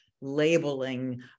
labeling